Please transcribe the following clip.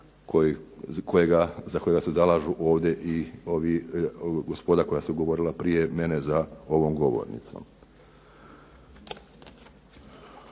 za kojega se zalažu ovdje i ovi, gospoda koja su govorila prije mene za ovom govornicom.